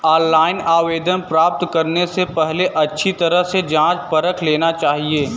online आवेदन प्राप्त करने से पहले अच्छी तरह से जांच परख लेना चाहिए